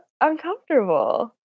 uncomfortable